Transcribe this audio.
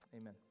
amen